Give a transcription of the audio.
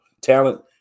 talent